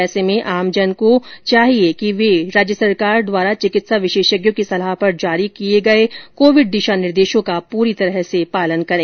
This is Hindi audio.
ऐसे में आमजन को चाहिए कि वे राज्य सरकार द्वारा चिकित्सा विशेषज्ञों की सलाह पर जारी किए गए कोविड प्रोटोकॉल और दिशा निर्देशों की पूरी तरह से पालना करें